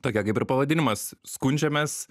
tokia kaip ir pavadinimas skundžiamės